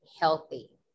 healthy